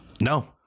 no